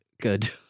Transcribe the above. good